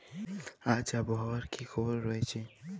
আজ আবহাওয়ার কি খবর রয়েছে?